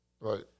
Right